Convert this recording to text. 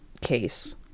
case